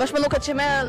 aš manau kad šiame